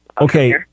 Okay